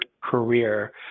career